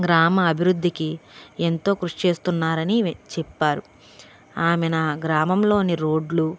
గ్రామ అభివృద్ధికి ఎంతో కృషి చేస్తున్నారు అని చెప్పారు ఆమె నా గ్రామంలోని రోడ్లు